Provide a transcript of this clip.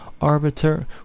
arbiter